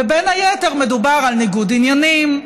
בין היתר מדובר על ניגוד עניינים,